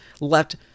left